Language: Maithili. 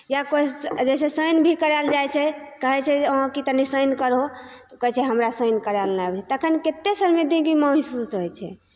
या कोइ आ जैसे साइन भी करैल जाइ छै कहै छै जे ओहाॅं कि तनी साइन करहो तऽ कहै छै हमरा साइन करैल नहि आबै छै तखन केतेक सरमिंदगी महसूस होइ छै